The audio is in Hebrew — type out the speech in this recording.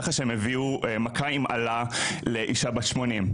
ככה שהם הביאו מכה עם אלה לאישה בת 80.,